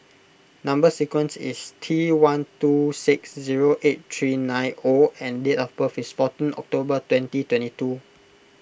Number Sequence is T one two six zero eight three nine O and date of birth is fourteen October twenty twenty two